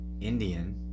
indian